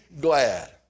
glad